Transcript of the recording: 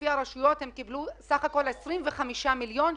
לפי הרשויות הם קיבלו בסך הכול 25 מיליון שקל,